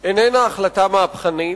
איננה החלטה מהפכנית.